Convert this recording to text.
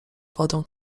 wodą